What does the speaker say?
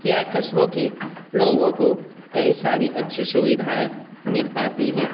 या कस्बों के लोगों को कई सारी अच्छी सुविधाऐं मिल पाती हैं